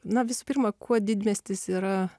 na visų pirma kuo didmiestis yra